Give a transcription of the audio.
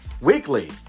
weekly